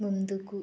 ముందుకు